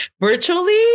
virtually